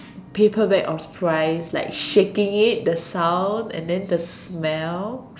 paper bag of fries like shaking it the sound and then the smell